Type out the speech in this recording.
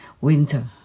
winter